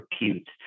repute